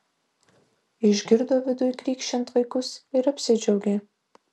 išgirdo viduj krykščiant vaikus ir apsidžiaugė